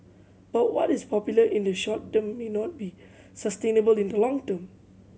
but what is popular in the short term may not be sustainable in the long term